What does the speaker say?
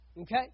Okay